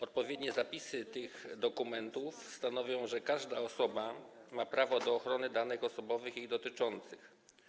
Odpowiednie zapisy tych dokumentów stanowią, że każda osoba ma prawo do ochrony danych osobowych jej dotyczących.